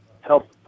help